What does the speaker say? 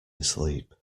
asleep